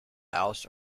hours